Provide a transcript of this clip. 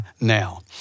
now